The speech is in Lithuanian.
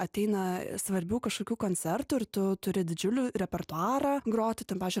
ateina svarbių kažkokių koncertų ir tu turi didžiulį repertuarą groti ten pavyzdžiui